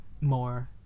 more